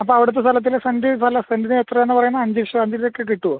അപ്പോൾ അവിടുത്തെ സ്ഥലത്തിൽ സെൻറ്റ് സ്ഥലം സെൻറ്റിന് എത്രയാന്നാ പറയുന്നത് അഞ്ച് ലക്ഷം അഞ്ചിനക്കെ കിട്ടുമോ